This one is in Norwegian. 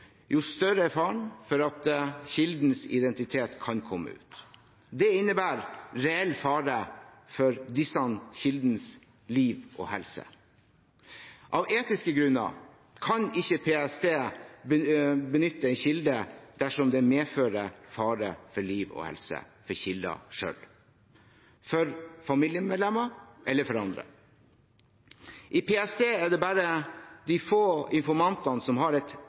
jo større er faren for at kildenes identitet kan komme ut. Det innebærer reell fare for disse kildenes liv og helse. Av etiske grunner kan ikke PST benytte en kilde dersom det medfører fare for liv og helse for kilder selv, for familiemedlemmer eller for andre. I PST er det bare de få informantene som har et